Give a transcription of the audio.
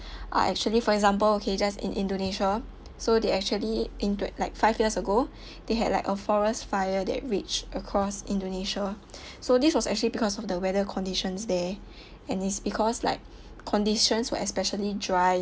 are actually for example okay just in indonesia so they actually into like five years ago they had like a forest fire that reached across indonesia so this was actually because of the weather conditions there and is because like conditions were especially dry